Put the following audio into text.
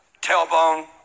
tailbone